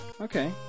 Okay